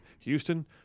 Houston